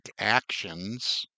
actions